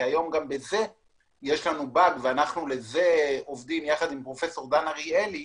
כי היום גם בזה יש לנו באג ואנחנו עובדים יחד עם פרופסור דן אריאלי.